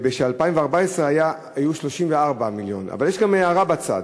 וב-2014 היו 34 מיליון, אבל יש גם הערה בצד.